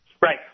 Right